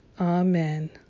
Amen